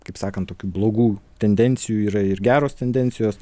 kaip sakant tokių blogų tendencijų yra ir geros tendencijos